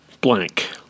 blank